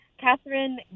Catherine